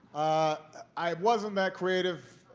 i wasn't that creative.